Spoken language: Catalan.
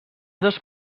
dos